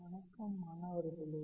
வணக்கம் மாணவர்களே